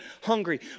hungry